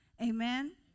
Amen